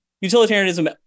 utilitarianism